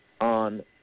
on